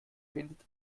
findet